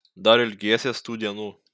dar ilgėsies tų dienų